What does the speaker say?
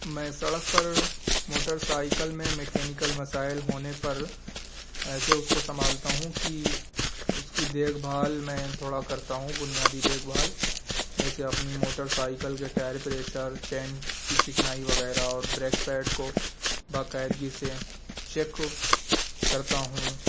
میں سڑک پر موٹرسائیکل میں میکینکل مسائل ہونے پر ایسے اس کو سنبھالتا ہوں کہ اس کی دیکھ بھال میں تھوڑا کرتا ہوں بنیادی دیکھ بھال جیسے اپنی موٹرسائیکل کے ٹائر پریشر چین کی چکنائی وغیرہ اور بریک پیڈ کو باقاعدگی سے چیک کرتا ہوں